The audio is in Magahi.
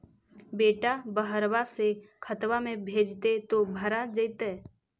बेटा बहरबा से खतबा में भेजते तो भरा जैतय?